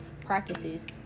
practices